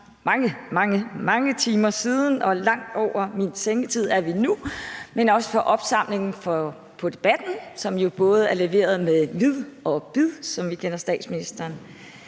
snart mange, mange timer siden – vi er langt over min sengetid nu – og opsamlingen på debatten, som jo både er leveret med vid og bid, som vi kender statsministeren.